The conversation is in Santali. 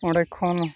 ᱚᱸᱰᱮ ᱠᱷᱚᱱ